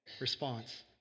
Response